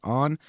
on